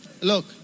Look